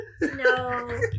No